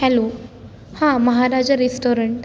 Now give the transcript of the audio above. hello हां Maharaja restaurant